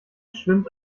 schwimmt